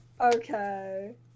Okay